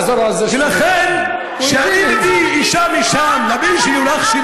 ולכן אי-אפשר, אני יכול להפריך,